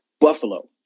Buffalo